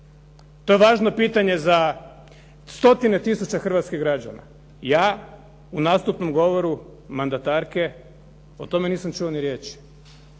To je važno pitanje za stotine tisuća hrvatskih građana. Ja u nastupnom govoru mandatarke o tome nisam čuo ni riječi.